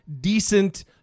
decent